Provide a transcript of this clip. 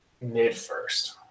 mid-first